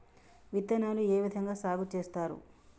విత్తనాలు ఏ విధంగా సాగు చేస్తారు?